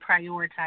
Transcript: prioritize